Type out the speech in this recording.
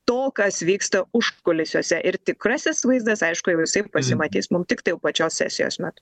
to kas vyksta užkulisiuose ir tikrasis vaizdas aišku jau jisai pasimatys mum tiktai jau pačios sesijos metu